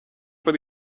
per